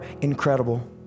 incredible